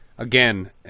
Again